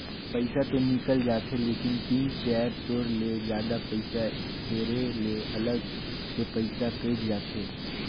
पइसा तो निकल जाथे लेकिन तीन चाएर तोर ले जादा पइसा हेरे ले अलग से पइसा कइट जाथे